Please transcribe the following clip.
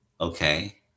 okay